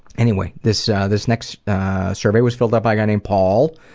anyway, this ah this next survey was filled out by a guy named paul.